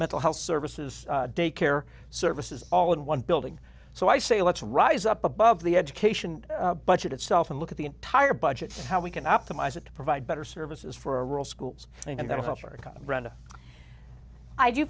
mental health services daycare services all in one building so i say let's rise up above the education budget itself and look at the entire budget how we can optimize it to provide better services for a rural schools